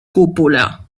cúpula